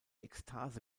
ekstase